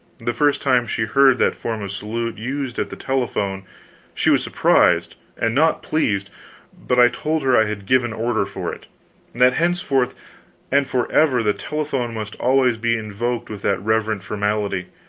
the first time she heard that form of salute used at the telephone she was surprised, and not pleased but i told her i had given order for it that henceforth and forever the telephone must always be invoked with that reverent formality,